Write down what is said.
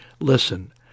Listen